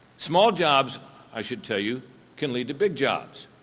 small jobs i should tell you can lead to big jobs.